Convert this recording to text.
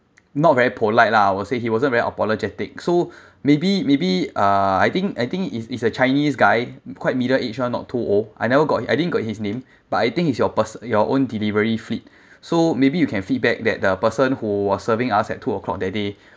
not very polite lah I will say he wasn't very apologetic so maybe maybe uh I think I think is is a chinese guy quite middle age ah not too old I never got I didn't got his name but I think he's your pers~ your own delivery fleet so maybe you can feedback that the person who was serving us at two O clock that day